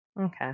Okay